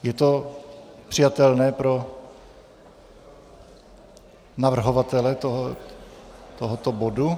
Je to přijatelné pro navrhovatele tohoto bodu?